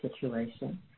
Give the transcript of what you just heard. situation